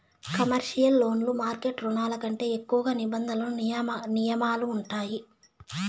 commercial లోన్లు market రుణాల కంటే ఎక్కువ నిబంధనలు నియమాలు ఉంటాయి